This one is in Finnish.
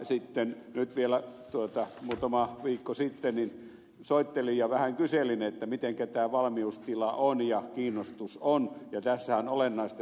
sitten nyt vielä muutama viikko sitten soittelin ja vähän kyselin millainen tämä valmiustila ja kiinnostus on ja tässähän olennaista ed